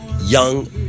young